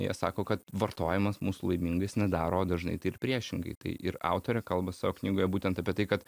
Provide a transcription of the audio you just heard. jie sako kad vartojimas mūsų laimingais nedaro o dažnai tai ir priešingai tai ir autorė kalba savo knygoje būtent apie tai kad